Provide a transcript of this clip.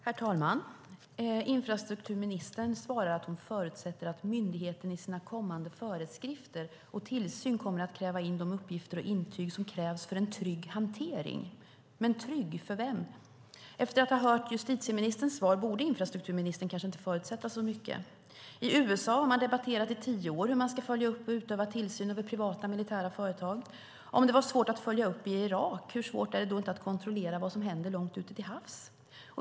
Herr talman! Infrastrukturministern svarar att hon förutsätter att myndigheten i sina kommande föreskrifter och sin tillsyn kommer att kräva in de uppgifter och intyg som krävs för en trygg hantering. Men trygg för vem? Efter att ha hört justitieministerns svar borde infrastrukturministern kanske inte förutsätta så mycket. I USA har man i tio år debatterat hur man ska följa upp och utöva tillsyn över privata militära företag. Om det var svårt att följa upp i Irak, hur svårt är det då inte att kontrollera vad som händer långt ute till havs?